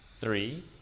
three